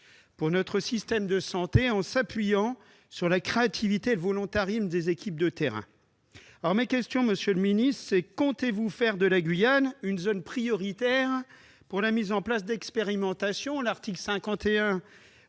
pour notre système de santé, en s'appuyant sur la créativité volontariste des équipes de terrain. Monsieur le secrétaire d'État, comptez-vous faire de la Guyane une zone prioritaire pour la mise en place d'expérimentations ? L'article 51